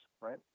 right